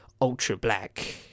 ultra-black